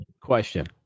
question